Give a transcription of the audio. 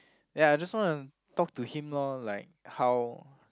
ya just wanna talk to him lor like how